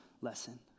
lesson